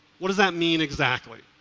what does that mean exactly?